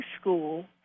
School